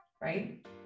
Right